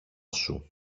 σου